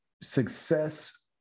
success